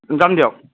যাম দিয়ক